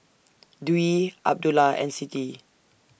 Dwi Abdullah and Siti